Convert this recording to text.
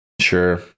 sure